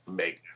make